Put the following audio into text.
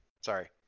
Sorry